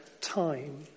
time